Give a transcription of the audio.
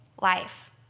life